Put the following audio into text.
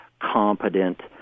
competent